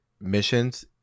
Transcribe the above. missions